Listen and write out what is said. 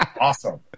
awesome